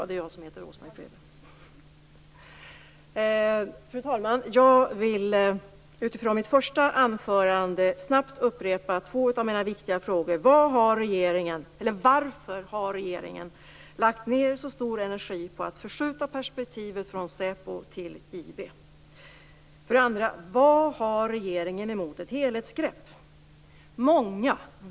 Fru talman! Jag vill utifrån mitt första anförande snabbt upprepa två av mina viktiga frågor. För det första: Varför har regeringen lagt ned så stor energi på att förskjuta perspektivet från säpo till IB? För det andra: Vad har regeringen emot ett helhetsgrepp?